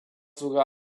sogar